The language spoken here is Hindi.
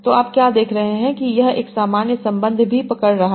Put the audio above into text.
तो आप क्या देख रहे हैं कि यह एक सामान्य संबंध भी पकड़ रहा है